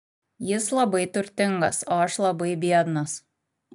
jis labai turtingas o aš labai biednas